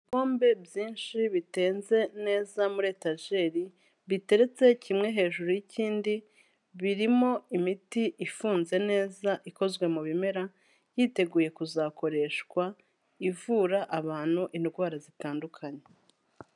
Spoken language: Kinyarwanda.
Ibikombe byinshi bitenze neza muri etajeri, biteretse kimwe hejuru y'ikindi, birimo imiti ifunze neza ikozwe mu bimera, hiteguye kuzakoreshwa ivura abantu indwara zitandukanye.